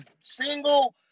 single